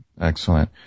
Excellent